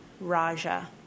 Raja